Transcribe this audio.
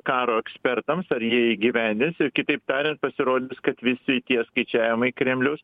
karo ekspertams ar jie įgyvendins ir kitaip tariant pasirodys kad visi tie skaičiavimai kremliaus